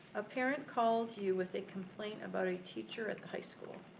a parent calls you with a complaint about a teacher at the high school.